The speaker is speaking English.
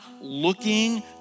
looking